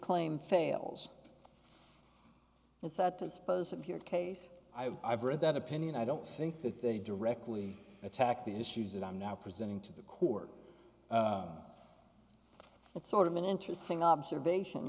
claim fails and so that dispose of your case i've read that opinion i don't think that they directly attack the issues that i'm now presenting to the court but sort of an interesting observation